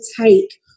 take